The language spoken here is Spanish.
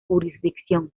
jurisdicción